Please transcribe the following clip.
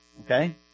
Okay